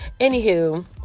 Anywho